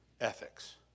ethics